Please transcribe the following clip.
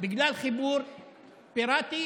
בגלל חיבור פיררטי,